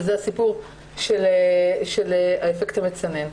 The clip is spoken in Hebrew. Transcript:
וזה הסיפור של האפקט המצנן.